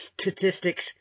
statistics